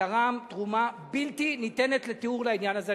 שתרם תרומה בלתי ניתנת לתיאור לעניין הזה,